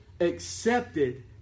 accepted